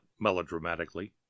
melodramatically